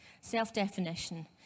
Self-definition